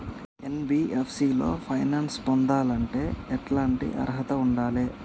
NBFC లో finance పొందాలంటే ఎట్లాంటి అర్హత ఉండాలే?